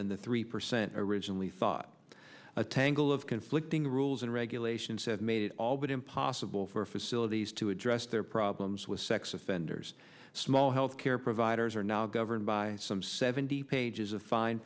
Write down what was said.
and the three percent originally thought a tangle of conflicting rules and regulations have made it all but impossible for facilities to address their problems with sex offenders small health care providers are now governed by some seventy pages of fine